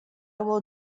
will